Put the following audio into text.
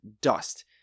dust